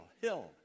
hill